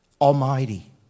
Almighty